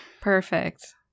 Perfect